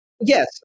Yes